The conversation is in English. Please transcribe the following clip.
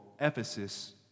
Ephesus